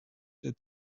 der